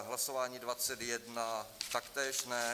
Hlasování dvacet jedna taktéž ne.